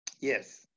Yes